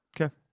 Okay